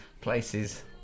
places